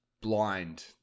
blind